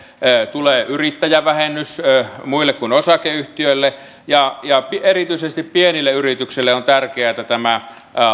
tulee yrittäjävähennys muille kuin osakeyhtiöille ja erityisesti pienille yrityksille on tärkeää että tämä